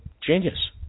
genius